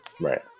Right